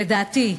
לדעתי,